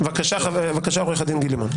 בבקשה, עורך הדין גיל לימון.